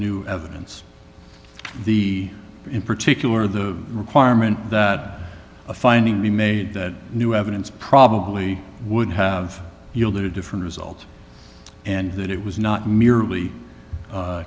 new evidence the in particular the requirement that a finding be made that new evidence probably would have yielded a different result and that it was not merely